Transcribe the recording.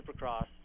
Supercross